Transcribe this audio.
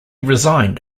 resigned